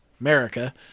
America